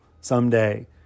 someday